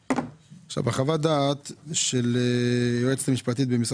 לפי חוות הדעת של היועצת המשפטית מבוקש